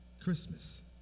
Christmas